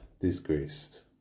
disgraced